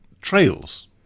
trails